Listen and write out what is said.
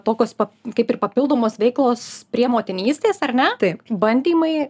tokios pat kaip ir papildomos veiklos prie motinystės ar ne taip bandymai